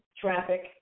traffic